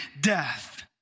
death